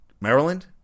Maryland